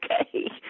okay